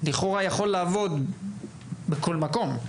לכאורה יכול לעבוד בכל מקום,